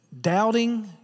doubting